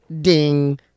ding